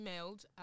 emailed